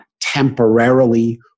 temporarily